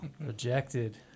rejected